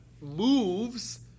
moves